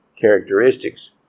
characteristics